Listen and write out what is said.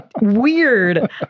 Weird